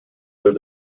their